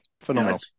phenomenal